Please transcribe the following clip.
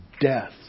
death